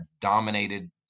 dominated